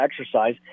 exercise